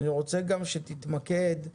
אני רוצה שתתמקד גם